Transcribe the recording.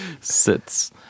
Sits